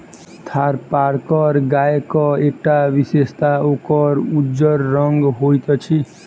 थारपारकर गायक एकटा विशेषता ओकर उज्जर रंग होइत अछि